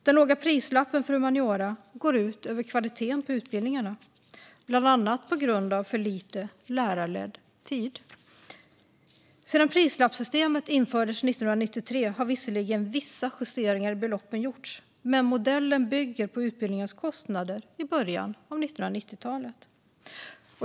Den låga prislappen för humaniora går ut över kvaliteten på utbildningarna, bland annat på grund av för lite lärarledd tid. Sedan prislappssystemet infördes 1993 har visserligen vissa justeringar i beloppen gjorts, men modellen bygger på utbildningarnas kostnader i början av 1990-talet.